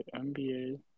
NBA